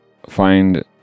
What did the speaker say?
Find